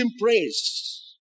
praise